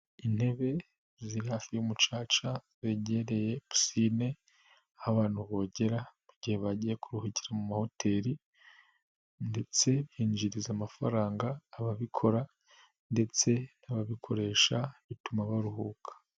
Intebe ziri hafi y'umucaca begereye pisine aho abantu bogera mu gihe bagiye kuruhukira mu mahoteli, ndetse hinjiriza amafaranga ababikora, ndetse n'ababikoresha bituma baruhuka.